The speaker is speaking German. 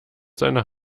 seiner